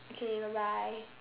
okay bye bye